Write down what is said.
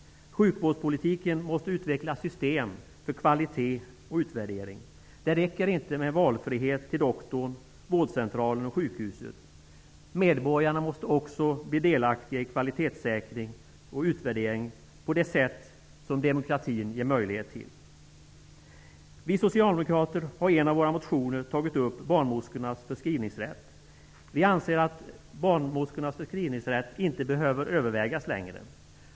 Sjukvårdpolitiken måste utveckla system för kvalitet och utvärdering. Det räcker inte med valfrihet när det gäller att gå till doktorn, vårdcentralen och sjukhuset. Medborgarna måste också bli delaktiga i kvalitetssäkring och utvärdering på det sätt som demokratin ger möjlighet till. Vi socialdemokrater har i en av våra motioner tagit upp barnmorskornas förskrivningsrätt. Vi anser att barnmorskornas förskrivningsrätt inte behöver övervägas längre.